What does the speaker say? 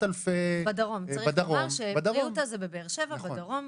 אלפי צריך לומר שבריאותא נמצאים בבאר שבע בדרום.